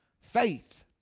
Faith